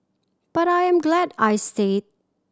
but I am glad I stayed